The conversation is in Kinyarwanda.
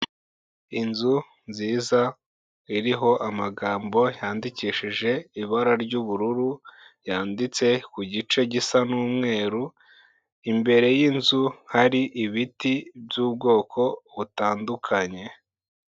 Inzu nziza iriho amagambo yandikishije ibara ry'ubururu, yanditse ku gice gisa n'umweru, imbere y'inzu hari ibiti by'ubwoko butandukanye.